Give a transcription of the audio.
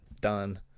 Done